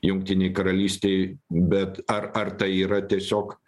jungtinei karalystei bet ar ar tai yra tiesiog